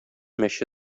мәче